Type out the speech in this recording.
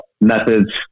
methods